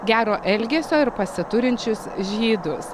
gero elgesio ir pasiturinčius žydus